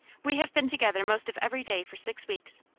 we have been together most of every day for six weeks.